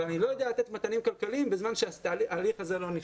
אבל אני לא יודע לתת מתנים כלכליים בזמן שההליך הזה לא נפתר.